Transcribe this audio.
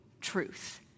truth